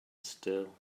still